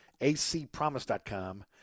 acpromise.com